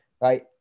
right